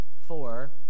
four